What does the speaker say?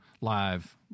live